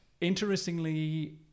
interestingly